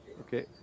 Okay